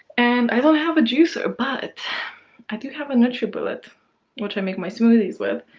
and i don't have a juicer but i do have a nutribullet which i make my smoothies with,